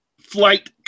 flight